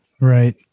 Right